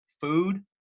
food